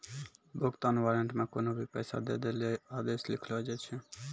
भुगतान वारन्ट मे कोन्हो भी पैसा दै लेली आदेश लिखलो जाय छै